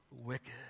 wicked